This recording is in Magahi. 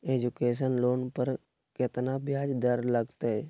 एजुकेशन लोन पर केतना ब्याज दर लगतई?